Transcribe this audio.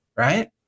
right